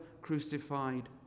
crucified